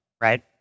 Right